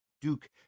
Duke